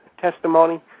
testimony